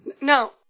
No